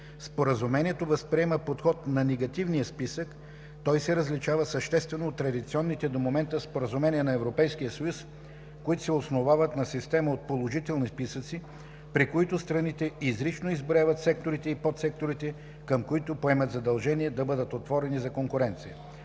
Споразумението възприема подход на „негативния списък“. Той се различава съществено от традиционните до момента споразумения на Европейския съюз, които се основават на система от положителни списъци, при които страните изрично изброяват секторите и подсекторите, към които поемат задължение да бъдат отворени за конкуренция.